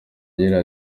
agira